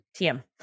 TM